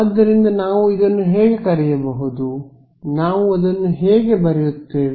ಆದ್ದರಿಂದ ನಾವು ಇದನ್ನು ಹೇಗೆ ಕರೆಯಬಹುದು ನಾವು ಅದನ್ನು ಹೇಗೆ ಬರೆಯುತ್ತೇವೆ